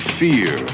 fear